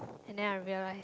and then I realised